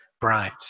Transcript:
bright